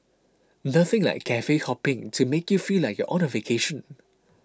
nothing like cafe hopping to make you feel like you're on a vacation